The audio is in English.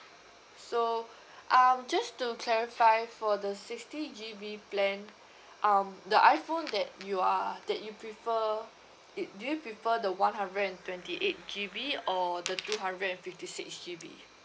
so um just to clarify for the sixty G_B plan um the iphone that you are that you prefer it do you prefer the one hundred and twenty eight G_B or the two hundred and fifty six G_B